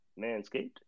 Manscaped